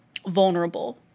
Vulnerable